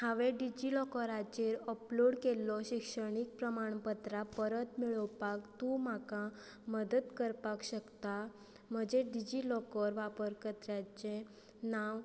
हांवें डिजी लॉकराचेर अपलोड केल्लो शिक्षणीक प्रमाणपत्रां परत मेळोवपाक तूं म्हाका मदत करपाक शकता म्हजें डिजी लॉकर वापरकर्त्याचें नांव